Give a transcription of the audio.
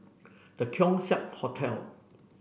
The Keong Saik Hotel